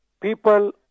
people